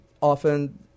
often